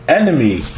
enemy